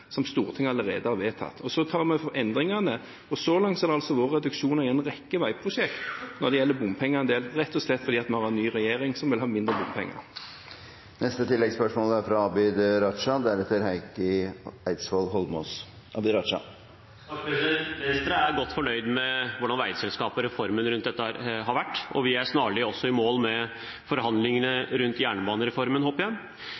som Stortinget allerede har vedtatt, og så tar vi endringene. Så langt har det altså vært reduksjoner i bompengeandelen i en rekke veiprosjekter, rett og slett fordi vi har en ny regjering, som vil ha mindre bompenger. Abid Q. Raja – til neste oppfølgingsspørsmål. Venstre er godt fornøyd med hvordan veiselskapet og reformen rundt dette har vært, og jeg håper vi også snarlig er i mål med forhandlingene rundt jernbanereformen.